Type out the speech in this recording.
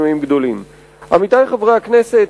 עמיתי חברי הכנסת,